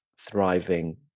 thriving